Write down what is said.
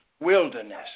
wilderness